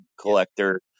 collector